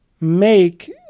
make